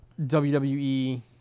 WWE